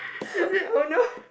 oh no